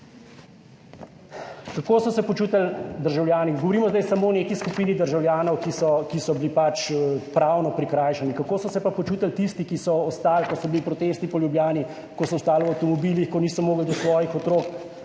Kako so se počutili državljani? Zdaj govorimo samo o neki skupini državljanov, ki so bili pač pravno prikrajšani. Kako so se pa počutili tisti, ki so ostali, ko so bili protesti po Ljubljani, v avtomobilih, ko niso mogli do svojih otrok?